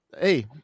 Hey